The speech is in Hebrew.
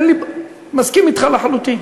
מסכים אתך לחלוטין.